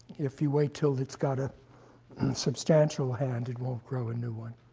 if you wait till it's got a substantial hand, it won't grow a new one.